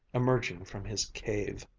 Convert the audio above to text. emerging from his cave.